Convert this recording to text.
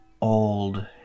old